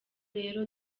rero